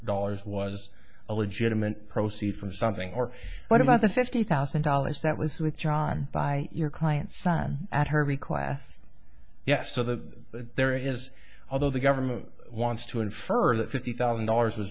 dollars was a legitimate proceeds from something or what about the fifty thousand dollars that was withdrawn by your client sun at her request yes so that there is although the government wants to infer that fifty thousand dollars was